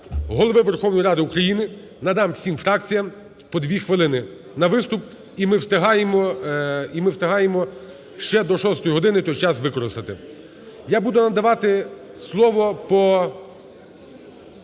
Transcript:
Голови Верховної Ради України, надам всім фракціям по 2 хвилини на виступ. І ми встигаємо, і ми встигаємо ще до 6-ї години той час використати. Я буду надавати слово по